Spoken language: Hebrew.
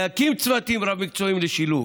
להקים צוותים רב-מקצועיים לשילוב.